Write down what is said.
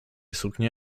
suknie